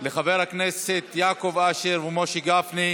חובת הודעה ללקוח טרם סירוב שיק),